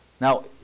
now